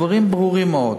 דברים ברורים מאוד.